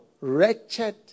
Wretched